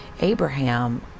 abraham